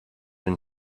and